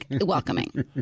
welcoming